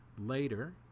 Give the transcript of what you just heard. Later